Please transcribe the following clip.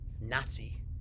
Nazi